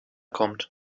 kommt